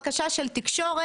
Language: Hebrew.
בקשה של תקשורת,